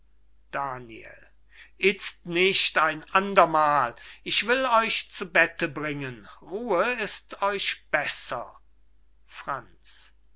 daniel itzt nicht ein andermal ich will euch zu bette bringen ruhe ist euch besser franz